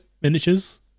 Miniatures